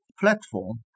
platform